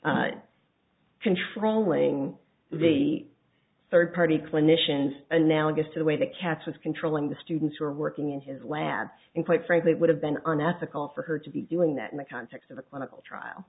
controlling the third party clinicians analogous to the way the cats was controlling the students who are working in his lab and quite frankly it would have been unethical for her to be doing that in the context of a clinical trial